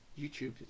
YouTube